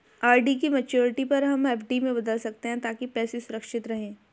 RD की maturity पर हम एफ.डी में बदल सकते है ताकि पैसे सुरक्षित रहें